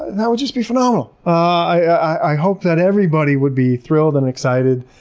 that would just be phenomenal! i hope that everybody would be thrilled and excited.